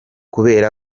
kubera